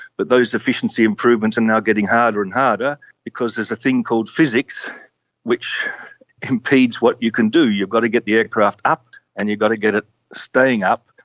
but those efficiency improvements are and now getting harder and harder because there's a thing called physics which impedes what you can do. you've got to get the aircraft up and you've got to get it staying up,